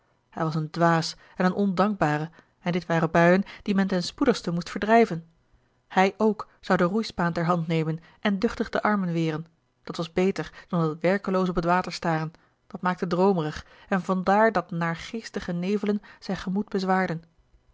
hij was een dwaas en een ondankbare en dit waren buien die men ten spoedigste moest verdrijven hij k zou de roeispaan ter hand nemen en duchtig de armen weren dat was beter dan dat werkeloos op het water staren dat maakte droomerig en vandaar dat naargeestige nevelen zijn gemoed